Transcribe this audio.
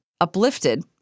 uplifted